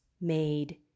made